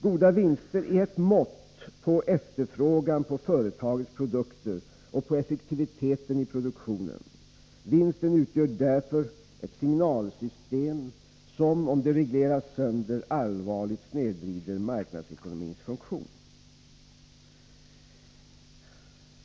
Goda vinster är ett mått på efterfrågan på företagets produkter och på effektiviteten i produktionen. Vinsten utgör därför ett signalsystem som, om det regleras sönder, allvarligt snedvrider marknadsekonomins funktion.